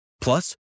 Plus